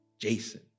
Jason